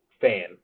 fan